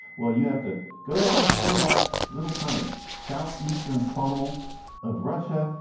well, you have to go down through that little kind of south eastern funnel of russia.